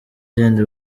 zindi